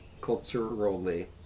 Culturally